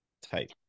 type